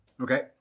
Okay